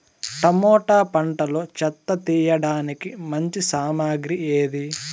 Tomato పంటలో చెత్త తీయడానికి మంచి సామగ్రి ఏది?